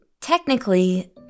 Technically